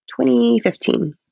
2015